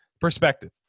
perspective